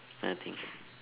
nothing